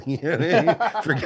forget